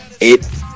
It